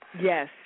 Yes